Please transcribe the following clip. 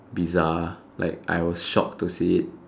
bizarre like I was shocked to see it